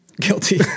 Guilty